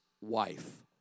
wife